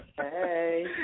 Hey